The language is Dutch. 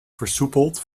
versoepeld